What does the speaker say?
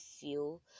feel